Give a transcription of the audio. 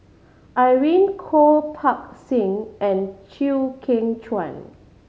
Irene Khong Parga Singh and Chew Kheng Chuan